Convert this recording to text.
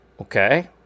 Okay